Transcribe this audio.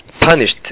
punished